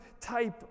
type